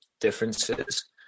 differences